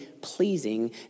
pleasing